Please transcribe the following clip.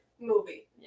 movie